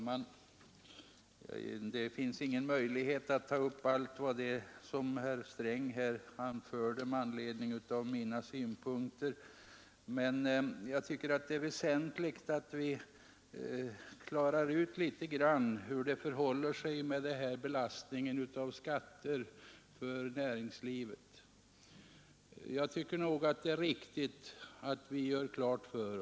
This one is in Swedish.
Herr talman! Det finns ingen möjlighet att ta upp allt vad herr Sträng anförde med anledning av mina synpunkter, men jag tycker att det är väsentligt att vi klarar ut hur det förhåller sig med skattebelastningen för näringslivet.